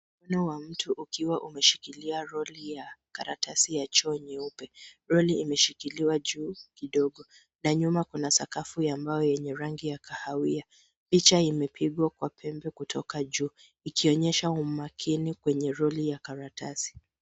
Mkono wa mtu ukiwa umeshikilia roli ya karatasi ya choo nyeupe. Roli imeshikiliwa juu kidogo na nyuma kuna sakafu ya mbao yenye rangi ya kahawia. Picha imepigwa kwa pembe kutoka juu ikionyesha umakini kwenye roli ya karatasi.